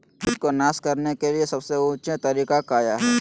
किट को नास करने के लिए सबसे ऊंचे तरीका काया है?